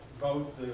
vote